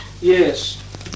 Yes